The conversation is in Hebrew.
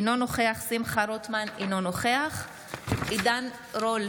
אינו נוכח שמחה רוטמן, אינו נוכח עידן רול,